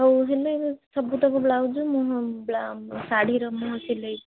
ହଉ ହେଲେ ସବୁତକ ବ୍ଲାଉଜ୍ ମୁହଁ ଶାଢ଼ୀର ମୁହଁ ସିଲାଇ